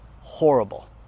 horrible